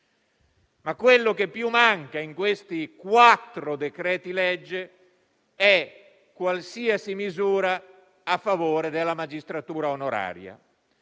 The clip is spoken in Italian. Quello che più manca in questi quattro decreti-legge, però, è qualsiasi misura a favore della magistratura onoraria.